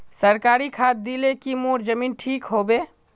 सरकारी खाद दिल की मोर जमीन ठीक होबे?